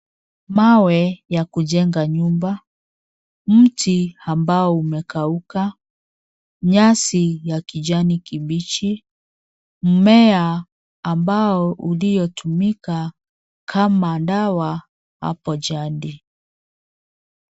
Mawe ya kujenga nyumba mti ambao umekauka nyasi ya kijani kibichi mmea ambao uliotumika kama dawa hapo jadi.